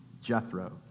Jethro